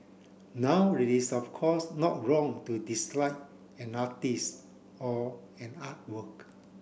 now it is of course not wrong to dislike an artist or an artwork